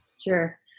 Sure